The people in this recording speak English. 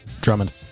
Drummond